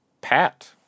Pat